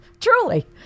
Truly